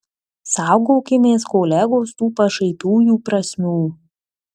saugokimės kolegos tų pašaipiųjų prasmių